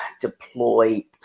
deploy